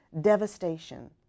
devastation